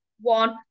One